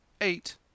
Eight